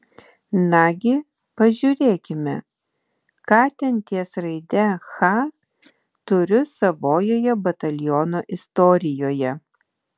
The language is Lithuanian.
nagi pažiūrėkime ką ten ties raide ch turiu savojoje bataliono istorijoje